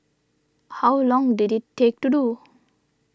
how long did it take to do